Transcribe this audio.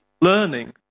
Learning